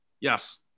Yes